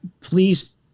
please